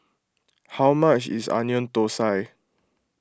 how much is Onion Thosai